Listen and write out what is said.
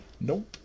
Nope